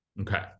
Okay